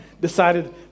decided